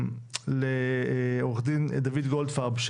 לעו"ד דוד גולדפרב.